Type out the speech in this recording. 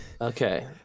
Okay